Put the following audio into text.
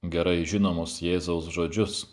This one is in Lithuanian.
gerai žinomus jėzaus žodžius